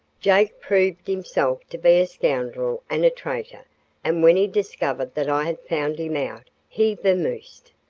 jake proved himself to be a scoundrel and a traitor and when he discovered that i had found him out he vamoosed.